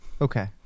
Okay